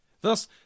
Thus